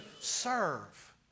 serve